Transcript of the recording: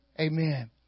Amen